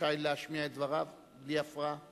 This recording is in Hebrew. רשאי להשמיע את דבריו בלי הפרעה.